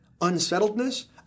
unsettledness